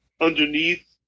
underneath